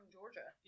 Georgia